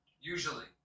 Usually